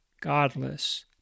godless